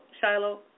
Shiloh